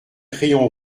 crayon